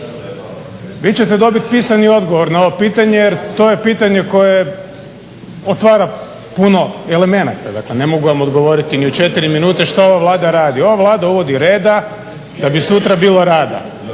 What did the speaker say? Vi ćete dobiti pisani odgovor na ovo pitanje jer to je pitanje koje otvara puno elemenata. Dakle, ne mogu vam odgovoriti ni u 4 minute što ova Vlada radi. Ova Vlada uvodi reda da bi sutra bilo rada.